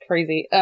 Crazy